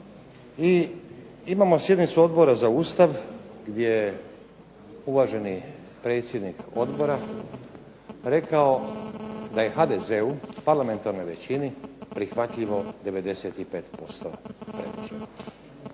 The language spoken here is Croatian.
i imamo sjednicu Odbora za Ustav gdje je uvaženi predsjednik odbora rekao da je HDZ-u parlamentarnoj većini prihvatljivo 95% predloženog.